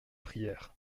prières